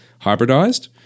hybridized